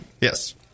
Yes